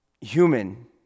human